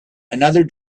another